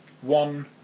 One